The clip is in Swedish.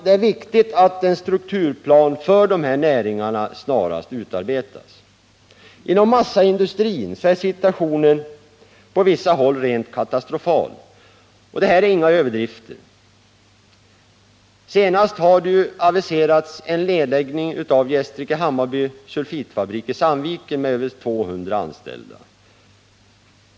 Det är viktigt att en strukturplan för dessa näringar snarast utarbetas. Inom massaindustrin är situationen på vissa håll rent katastrofal. De exempel på detta jag kommer att ge innebär inga överdrifter. Nu senast har det aviserats om en nedläggning av Gästrike-Hammarby Sulfitfabrik i Sandviken med över 200 anställda.